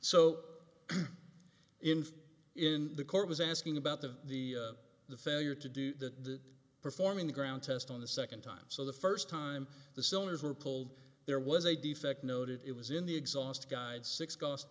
so info in the court was asking about the the the failure to do the performing the ground test on the second time so the first time the sellers were told there was a defect noted it was in the exhaust guide six cost